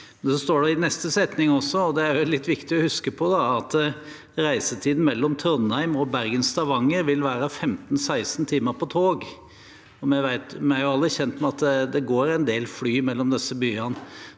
det i neste setning – og det er litt viktig å huske på – at reisetiden mellom Trondheim og Bergen/Stavanger vil være 15– 16 timer med tog. Vi er alle kjent med at det går en del fly mellom disse byene.